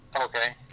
Okay